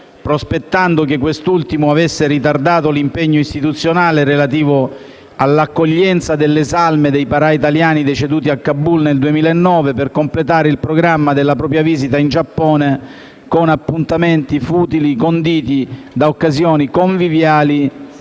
prospettando che quest'ultimo avesse ritardato l'impegno istituzionale relativo all'accoglienza delle salme dei parà italiani deceduti a Kabul nel 2009 per completare il programma della propria visita in Giappone con appuntamenti futili, conditi da occasioni conviviali